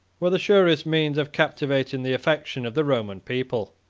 were the surest means of captivating the affection of the roman people.